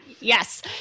Yes